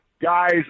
guys